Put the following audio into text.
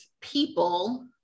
people